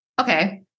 okay